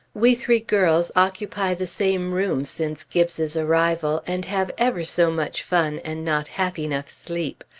we three girls occupy the same room, since gibbes's arrival, and have ever so much fun and not half enough sleep.